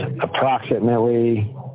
approximately